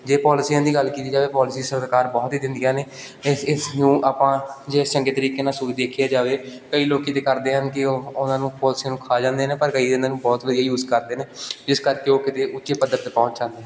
ਜੇ ਪੋਲਿਸੀਆਂ ਦੀ ਗੱਲ ਕੀਤੀ ਜਾਵੇ ਪੋਲਿਸੀ ਸਰਕਾਰ ਬਹੁਤ ਹੀ ਦਿੰਦੀਆਂ ਨੇ ਇਸ ਇਸ ਨੂੰ ਆਪਾਂ ਜੇ ਚੰਗੇ ਤਰੀਕੇ ਨਾਲ ਇਸ ਨੂੰ ਦੇਖਿਆ ਜਾਵੇ ਕਈ ਲੋਕ ਤਾਂ ਕਰਦੇ ਹਨ ਕਿ ਉਹਨਾਂ ਨੂੰ ਪੋਲਸੀਆਂ ਨੂੰ ਖਾ ਜਾਂਦੇ ਨੇ ਪਰ ਕਈ ਇਹਨਾਂ ਨੂੰ ਬਹੁਤ ਵਧੀਆ ਯੂਜ ਕਰਦੇ ਨੇ ਜਿਸ ਕਰਕੇ ਉਹ ਕਿਤੇ ਉੱਚੇ ਪੱਧਰ 'ਤੇ ਪਹੁੰਚ ਜਾਂਦੇ